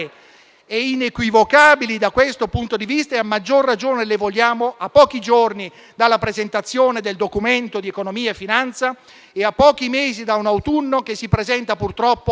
e inequivocabili da questo punto di vista, a maggior ragione a pochi giorni dalla presentazione del Documento di economia e finanza e a pochi mesi da un autunno che si presenta, purtroppo,